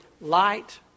Light